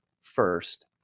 First